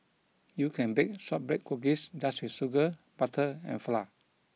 you can bake shortbread cookies just with sugar butter and flour